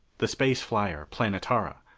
the space-flyer, planetara,